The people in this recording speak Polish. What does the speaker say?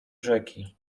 rzeki